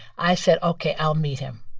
i said, ok, i'll meet him.